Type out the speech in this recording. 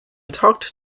talked